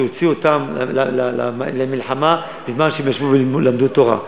שהוא הוציא אותם למלחמה בזמן שהם ישבו ולמדו תורה,